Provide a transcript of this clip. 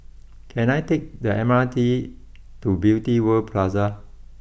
can I take the M R T to Beauty World Plaza